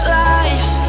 life